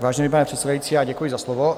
Vážený pane předsedající, děkuji za slovo.